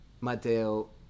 Mateo